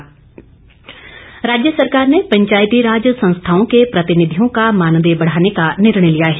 मंत्रिमंडल राज्य सरकार ने पंचायती राज संस्थाओं के प्रतिनिधियों का मानदेय बढाने का निर्णय लिया है